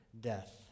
death